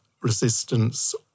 resistance